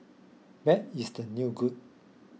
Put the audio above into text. bad is the new good